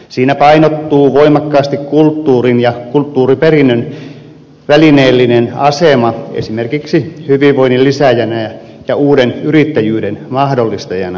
siinä painottuu voimakkaasti kulttuurin ja kulttuuriperinnön välineellinen asema esimerkiksi hyvinvoinnin lisääjänä ja uuden yrittäjyyden mahdollistajana